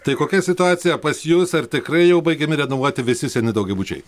tai kokia situacija pas jus ar tikrai jau baigiami renovuoti visi seni daugiabučiai